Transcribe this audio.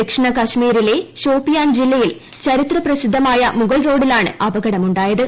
ദക്ഷിണ കശ്മീരിലെ ഷോപ്പിയാൻ ജില്ലയിൽ ചരിത്രപ്രസിദ്ധമായ മുഗൾറോഡിലാണ് അപകടമുണ്ടായത്